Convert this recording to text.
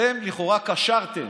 אתם לכאורה קשרתם,